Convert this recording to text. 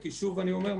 כי שוב אני אומר,